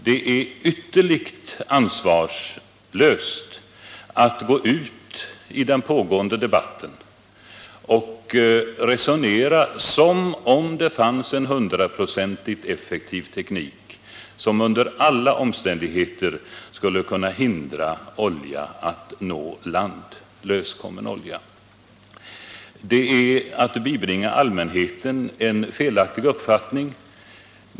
Det är ytterligt ansvarslöst att gå ut i den pågående debatten och resonera som om det fanns en hundraprocentigt effektiv teknik, som under alla omständigheter skulle kunna hindra löskommen olja att nå land. Det är att bibringa allmänheten en felaktig uppfattning.